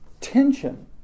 tension